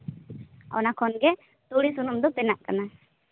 ᱚᱱᱟ ᱠᱷᱚᱱᱜᱮ ᱛᱩᱲᱤ ᱥᱩᱱᱩᱢ ᱫᱚ ᱵᱮᱱᱟᱜ ᱠᱟᱱᱟ